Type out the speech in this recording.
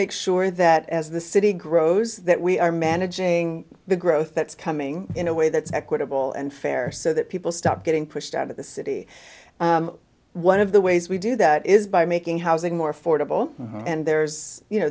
make sure that as the city grows that we are managing the growth that's coming in a way that's equitable and fair so that people stop getting pushed out of the city one of the ways we do that is by making housing more affordable and there's you know